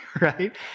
right